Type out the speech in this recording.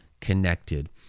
connected